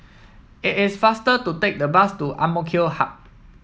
it is faster to take the bus to AMK Hub